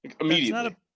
Immediately